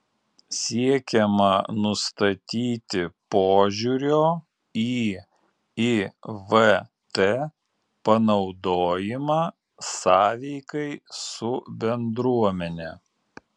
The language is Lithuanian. siekiama nustatyti požiūrio į ivt panaudojimą sąveikai su bendruomene